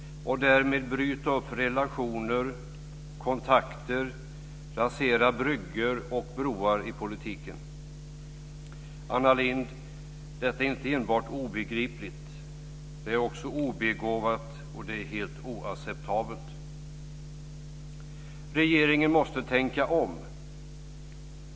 Vi ska därmed bryta upp relationer och kontakter, rasera bryggor och broar i politiken. Anna Lindh! Detta är inte enbart obegripligt, det är också obegåvat och helt oacceptabelt. Regeringen måste tänka om.